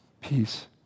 peace